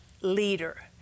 leader